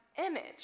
image